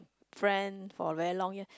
friend for a very long year